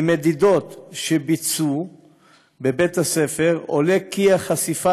ממדידות שביצעו בבית-הספר עולה כי החשיפה